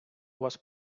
вас